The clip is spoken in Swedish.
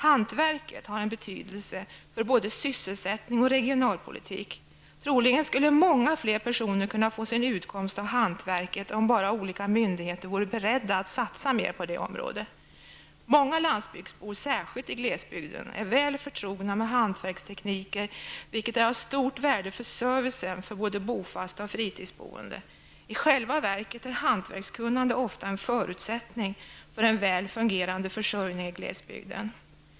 Hantverket har betydelse för både sysselsättning och regionalpolitik. Troligen skulle många fler personer kunna få sin utkomst av hantverket om bara olika myndigheter vore beredda att satsa mera på det området. Många landsbygdsbor, särskilt i glesbygden, är väl förtrogna med hantverkstekniken, vilket är av stort värde för servicen för både bofasta och fritidsboende. I själva verket är hantverkskunnande ofta en förutsättning för en väl fungerande försörjning i glesbygden.